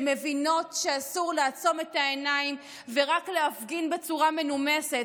שמבינים שאסור לעצום את העיניים ורק להפגין בצורה מנומסת.